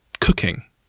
Cooking